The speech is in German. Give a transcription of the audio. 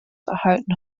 erhalten